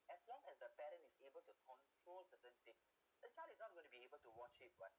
as long as the parent is able to control certain thing the child is not going to be able to watch it [what]